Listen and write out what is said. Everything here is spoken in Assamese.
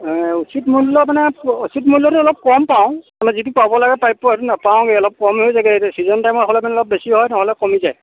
অ উচিত মূল্য মানে উচিত মূল্যটো অলপ কম পাওঁ মানে যিটো পাব লাগে প্ৰাপ্য সেইটো নাপাওঁগৈ অলপ কম হৈ যায়গৈ চিজন টাইম হ'লে অলপ বেছি হয় নহ'লে কমি যায়